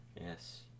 Yes